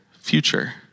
future